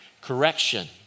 correction